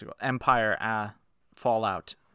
Empire-Fallout